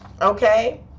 Okay